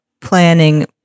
planning